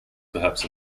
perhaps